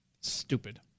Stupid